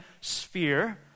sphere